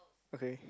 okay